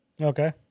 Okay